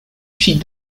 fit